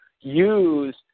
use